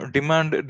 Demand